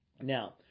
Now